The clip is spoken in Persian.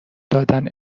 دادن